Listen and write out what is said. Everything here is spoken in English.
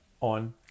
on